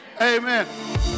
Amen